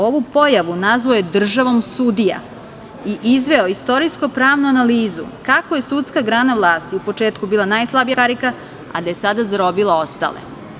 Ovu pojavu nazvao je državom sudija i izveo istorijsko-pravnu analizu kako je sudska grana vlasti u početku bila najslabija karika, a da je sada zarobila ostale.